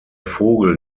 vogel